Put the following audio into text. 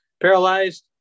paralyzed